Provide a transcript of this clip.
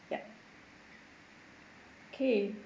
ya okay